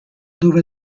dove